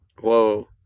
Whoa